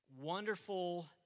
Wonderful